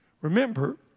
Remember